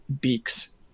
beaks